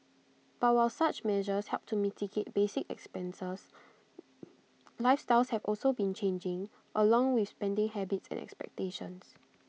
but while such measures help to mitigate basic expenses lifestyles have also been changing along with spending habits and expectations